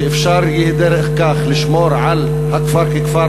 ואפשר יהיה דרך כך לשמור על הכפר ככפר